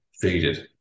treated